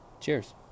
Cheers